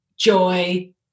Joy